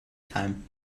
time